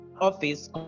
office